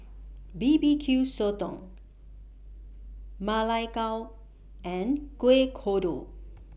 B B Q Sotong Ma Lai Gao and Kuih Kodok